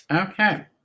Okay